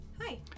Hi